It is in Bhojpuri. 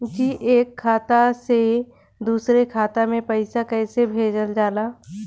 जी एक खाता से दूसर खाता में पैसा कइसे भेजल जाला?